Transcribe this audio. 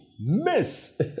miss